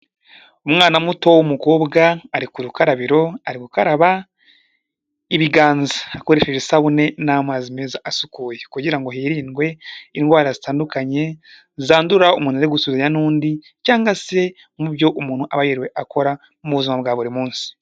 Umwana muto w'umukobwa, ari ku rukarabiro, ari gukaraba ibiganza. Akoresheje isabune n'amazi meza asukuye. Kugira ngo hirindwe indwara zitandukanye, zandura umuntu ari gusuhuzanya n'undi, cyangwa se mu byo umuntu aba yiriwe akora, mu buzima bwa buri munsi.